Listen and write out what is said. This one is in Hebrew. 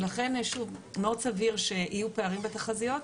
לכן מאוד סביר שיהיו פערים בתחזיות.